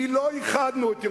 כי לא איחדנו את ירושלים,